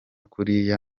kuriya